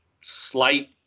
slight